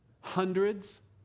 hundreds